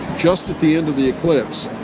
just at the end of the eclipse,